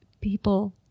people